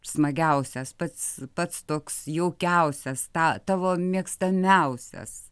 smagiausias pats pats toks jaukiausias tą tavo mėgstamiausias